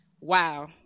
Wow